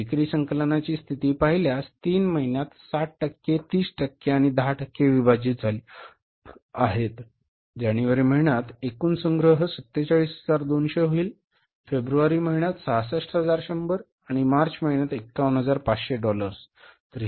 विक्री संकलनाची स्थिती पाहिल्यास तीन महिन्यांत 60 टक्के 30 टक्के आणि 10 टक्के विभाजित झाली आहेत जानेवारी महिन्यात एकूण संग्रह 47200 होईल फेब्रुवारी महिन्यात ते 66100 आणि मार्च महिन्यात 51500 डॉलर्स बरोबर